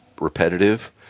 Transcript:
repetitive